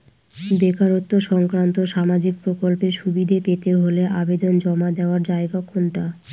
বেকারত্ব সংক্রান্ত সামাজিক প্রকল্পের সুবিধে পেতে হলে আবেদন জমা দেওয়ার জায়গা কোনটা?